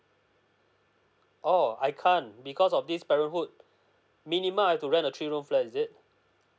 oh I can't because of this parenthood minimum I've to rent a three room flat is it